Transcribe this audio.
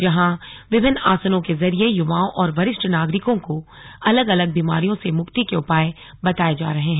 जहां विभिन्न आसनों के जरिए युवाओं और वरिष्ठ नागरिकों को अलग अलग बीमारियों से मुक्ति के उपाय बताए जा रहे हैं